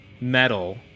metal